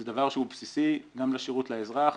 זה דבר שהוא בסיסי גם לשרות לאזרח,